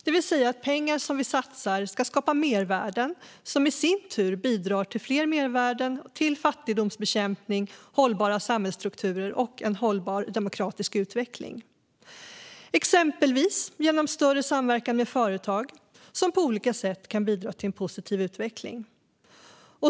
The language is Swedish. Det innebär att pengar vi satsar ska skapa mervärden som i sin tur bidrar till fler mervärden - till fattigdomsbekämpning, hållbara samhällsstrukturer och en hållbar demokratisk utveckling. Detta kan ske exempelvis genom större samverkan med företag som på olika sätt kan bidra till en positiv utveckling.